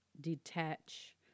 detach